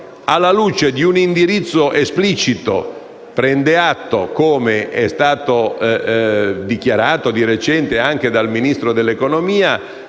alla luce di un indirizzo esplicito: prende atto, come è stato dichiarato di recente anche dal Ministro dell'economia,